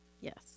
Yes